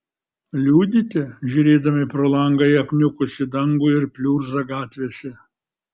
liūdite žiūrėdami pro langą į apniukusį dangų ir pliurzą gatvėse